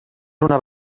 una